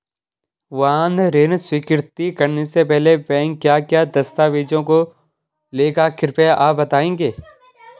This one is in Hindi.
वाहन ऋण स्वीकृति करने से पहले बैंक क्या क्या दस्तावेज़ों को लेगा कृपया आप बताएँगे?